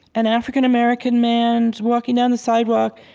an african american man is walking down the sidewalk.